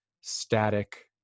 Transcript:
static